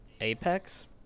Apex